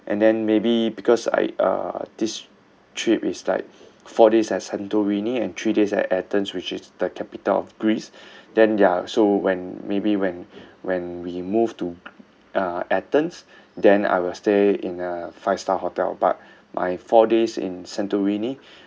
and then maybe because I uh this trip is like four days at santorini and three days at athens which is the capital of greece then ya so when maybe when when we move to g~ uh athens then I will stay in a five star hotel but my four days in santorini